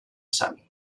sami